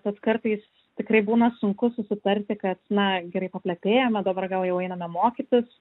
tad kartais tikrai būna sunku susitarti kad na gerai paplepėjome dabar gal jau einame mokytis